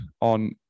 on